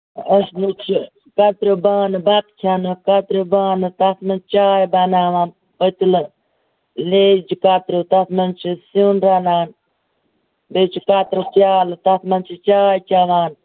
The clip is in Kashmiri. اَسہِ گوٚژھ یہِ کَتریو بانہٕ بَتہٕ کھیٚنَس کَتریو بانہٕ تَتھ منٛز چاے بَناوان پٔتلہٕ لیٚج کَتریو تَتھ منٛز چھِ سیُن رَنان بیٚیہِ چھِ کَتریو پیٛالہٕ تَتھ منٛز چھِ چاے چیٚوان